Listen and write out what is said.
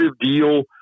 deal